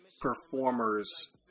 performers